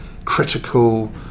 Critical